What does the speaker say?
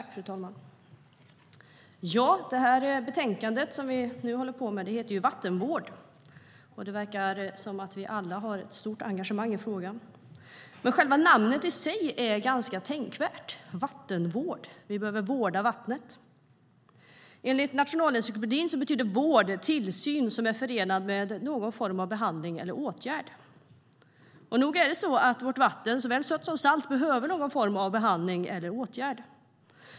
Fru talman! Det betänkande vi nu debatterar heter Vattenvård , och det verkar som att vi har ett stort engagemang i frågan. Namnet i sig är dock ganska tänkvärt - vattenvård. Vi behöver vårda vattnet. "Vård" betyder enligt Nationalencyklopedin "tillsyn som är förenad med någon form av behandling eller annan åtgärd". Nog är det så att vårt vatten, såväl sött som salt, behöver någon form av behandling eller åtgärd.